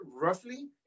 Roughly